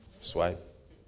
Swipe